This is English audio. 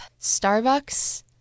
Starbucks